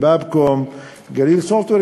"באבקום", "גליל סופטוור".